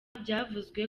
byavuzwe